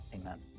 amen